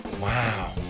Wow